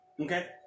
Okay